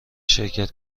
شرکت